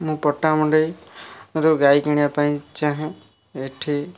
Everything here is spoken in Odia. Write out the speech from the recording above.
ମୁଁ ପଟାମୁଣ୍ଡେଇ ରୁ ଗାଈ କିଣିବା ପାଇଁ ଚାହେଁ ଏଇଠି